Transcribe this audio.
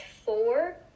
four